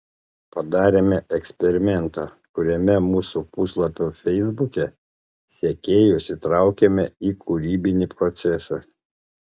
padarėme eksperimentą kuriame mūsų puslapio feisbuke sekėjus įtraukėme į kūrybinį procesą